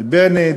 מבענה,